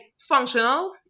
functional